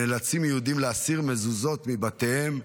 נאלצים יהודים להסיר מזוזות מבתיהם,